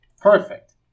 Perfect